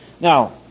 Now